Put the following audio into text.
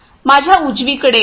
माझ्या उजवीकडे श्री